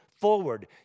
forward